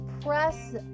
press